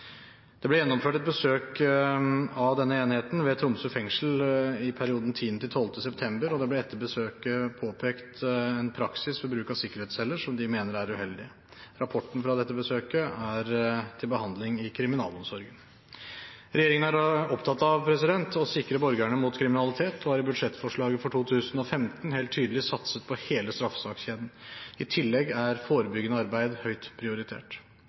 Det ble gjennomført et besøk av denne enheten ved Tromsø fengsel i perioden 10.–12. september, og det ble etter besøket påpekt en praksis ved bruk av sikkerhetsceller som de mener er uheldig. Rapporten fra dette besøket er til behandling i kriminalomsorgen. Regjeringen er opptatt av å sikre borgerne mot kriminalitet og har i budsjettforslaget for 2015 helt tydelig satset på hele straffesakskjeden. I tillegg er forebyggende arbeid høyt prioritert.